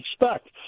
expect